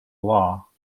law